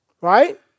Right